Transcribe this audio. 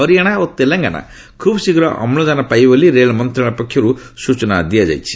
ହରିଆଣା ଓ ତେଲଙ୍ଗାନା ଖୁବ୍ ଶୀଘ୍ର ଅମ୍ଳଜାନ ପାଇବେ ବୋଲି ରେଳ ମନ୍ତ୍ରଶାଳୟ ପକ୍ଷରୁ ସ୍ୱଚନା ଦିଆଯାଇଛି